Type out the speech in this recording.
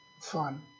fun